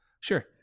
sure